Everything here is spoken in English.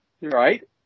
right